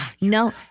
No